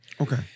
Okay